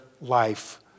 life